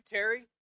Terry